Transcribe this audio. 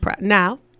Now